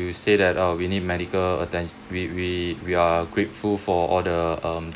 you say that oh we need medical attent~ we we we are grateful for all the